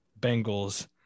Bengals